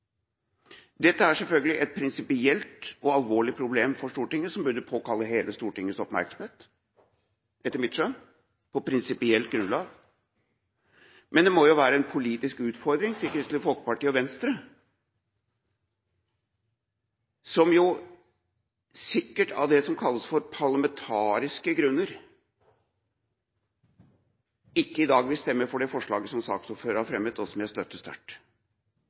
Dette er selvfølgelig et prinsipielt og alvorlig problem for Stortinget, og det burde etter mitt skjønn påkalle hele Stortingets oppmerksomhet på prinsipielt grunnlag. Men det må jo være en politisk utfordring for Kristelig Folkeparti og Venstre som sikkert – av det som kalles «parlamentariske grunner» – ikke i dag vil stemme for det forslaget som saksordføreren har fremmet, og som jeg støtter sterkt,